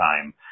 time